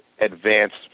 advanced